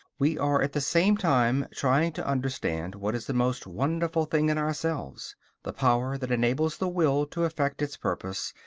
we are at the same time trying to understand what is the most wonderful thing in ourselves the power that enables the will to effect its purpose,